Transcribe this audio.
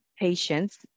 patients